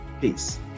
Peace